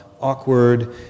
awkward